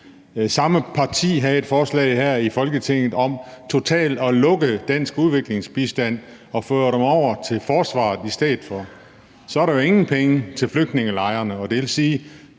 Samme parti havde et forslag her i Folketinget om totalt at stoppe dansk udviklingsbistand og føre pengene over til forsvaret i stedet for. Så er der jo ingen penge til flygtningelejrene, og det vil sige,